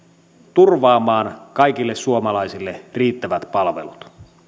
turvaamaan kaikille suomalaisille riittävät palvelut